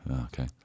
okay